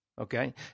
okay